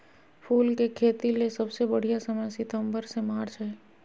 फूल के खेतीले सबसे बढ़िया समय सितंबर से मार्च हई